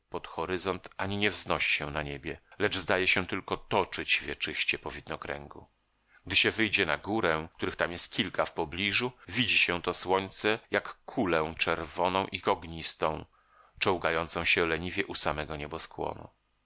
pod horyzont ani nie wznosi się na niebie lecz zdaje się tylko toczyć wieczyście po widnokręgu gdy się wyjdzie na górę których tam jest kilka w pobliżu widzi się to słońce jak kulę czerwoną i ognistą czołgającą się leniwie u samego